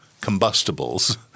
combustibles